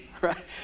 right